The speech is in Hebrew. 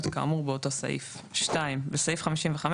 כאמור באותו סעיף"; (2) בסעיף 55,